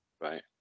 Right